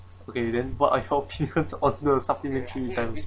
okay then what I help you what's on the supplementary terms